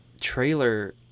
trailer